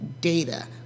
data